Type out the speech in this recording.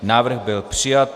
Návrh byl přijat.